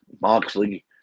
Moxley